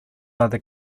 other